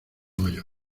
mayor